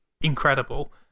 incredible